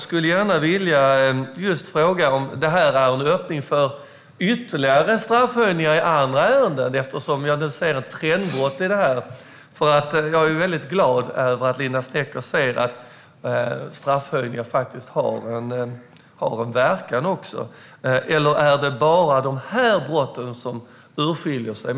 Jag är glad över att Linda Snecker ser att straffskärpningar har en verkan, och eftersom jag ser ett trendbrott här skulle jag vilja fråga: Är detta en öppning för ytterligare straffskärpningar även i andra ärenden, eller är det just de här brotten som särskiljer sig?